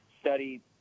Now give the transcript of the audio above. study